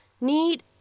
need